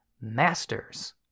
masters